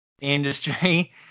industry